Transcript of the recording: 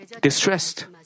distressed